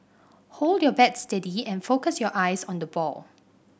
hold your bat steady and focus your eyes on the ball